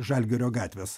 žalgirio gatvės